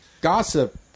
gossip